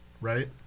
right